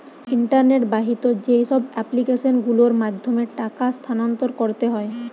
internet বাহিত যেইসব application গুলোর মাধ্যমে টাকা স্থানান্তর করতে হয়